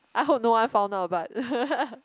I hope no one found out but